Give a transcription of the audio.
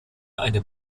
eine